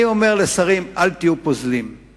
אני אומר לשרים: אל תהיו פוזלים,